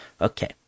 Okay